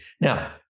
Now